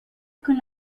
con